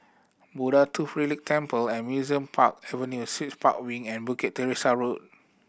Buddha Tooth Relic Temple and Museum Park Avenue Suites Park Wing and Bukit Teresa Road